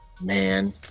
man